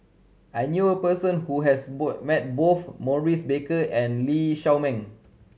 I knew a person who has met both Maurice Baker and Lee Shao Meng